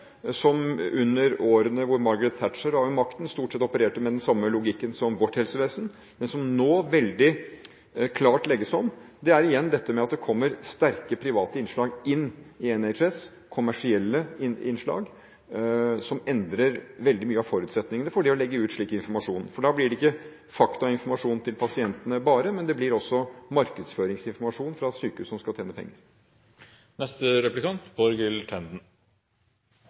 som under årene hvor Margaret Thatcher var ved makten, stort sett opererte med den samme logikken som vårt helsevesen, men som nå veldig klart legges om, er igjen dette med at det kommer sterke private innslag inn i NHS, kommersielle innslag, som endrer veldig mye av forutsetningene for det å legge ut slik informasjon. For da blir det ikke bare faktainformasjon til pasientene, men det blir også markedsføringsinformasjon fra sykehus som skal tjene